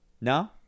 No